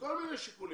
מכל מיני שיקולים.